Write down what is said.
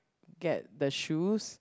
get the shoes